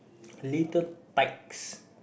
little bikes